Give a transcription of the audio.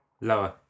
Lower